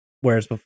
whereas